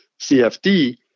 CFD